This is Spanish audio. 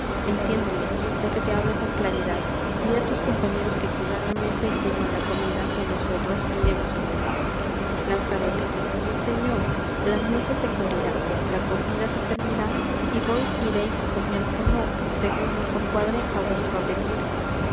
entiéndeme ya que te hablo con claridad dí á tus compañeros que cubran la mesa y sirvan la comida que nosotros iremos á comer lanzarote señor la mesa se cubrirá la comida se servirá y vos ireis á comer ó no segun mejor cuadre á vuestro apetito